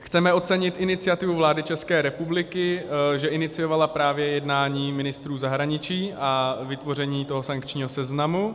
Chceme ocenit iniciativu vlády ČR, že iniciovala právě jednání ministrů zahraničí a vytvoření toho sankčního seznamu.